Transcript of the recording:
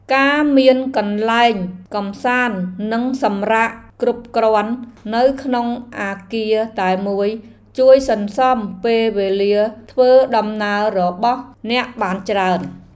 ការមានកន្លែងកម្សាន្តនិងសម្រាកគ្រប់គ្រាន់នៅក្នុងអគារតែមួយជួយសន្សំពេលវេលាធ្វើដំណើររបស់អ្នកបានច្រើន។